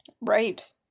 Right